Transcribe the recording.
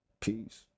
Peace